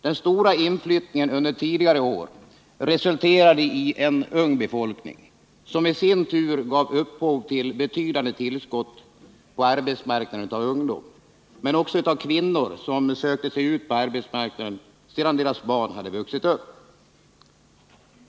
Den stora inflyttningen under tidigare år resulterade i en ung befolkning, som i sin tur gav upphov till betydande tillskott på arbetsmarknaden av ungdomar men också av kvinnor som sökte sig ut på arbetsmarknaden sedan deras barn vuxit upp.